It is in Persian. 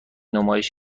نمایش